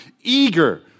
eager